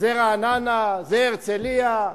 זה רעננה, זה הרצלייה?